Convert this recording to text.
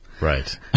Right